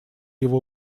его